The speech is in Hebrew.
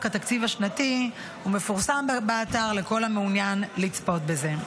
התקציב השנתי ומפורסם באתר לכל המעוניין לצפות בזה.